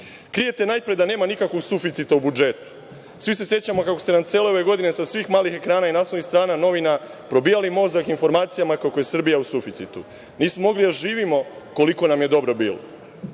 krijete? Krijete najpre da nema nikakvog suficita u budžetu. Svi se sećamo kako ste nam cele ove godine sa svih malih ekrana i naslovnih strana novina probijali mozak informacijama kako je Srbija u suficitu. Nismo mogli da živimo koliko nam je dobro bilo,